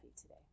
today